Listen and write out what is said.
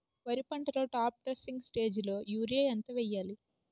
వరి పంటలో top dressing స్టేజిలో యూరియా ఎంత వెయ్యాలి?